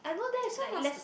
this one must